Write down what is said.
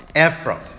Ephraim